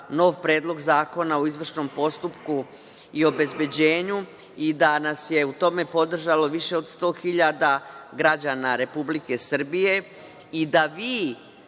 nov Predlog zakona o izvršnom postupku i obezbeđenju i da nas je u tome podržalo više od 100.000 građana Republike Srbije i da vi,